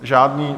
Žádný.